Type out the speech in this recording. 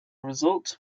result